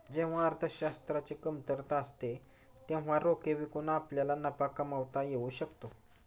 जेव्हा अर्थशास्त्राची कमतरता असते तेव्हा रोखे विकून आपल्याला नफा कमावता येऊ शकतो